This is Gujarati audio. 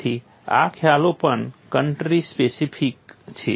તેથી આ ખ્યાલો પણ કંટ્રી સ્પેસિફિક છે